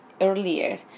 earlier